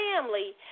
family